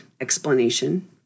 explanation